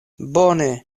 bone